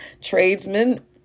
tradesmen